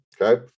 okay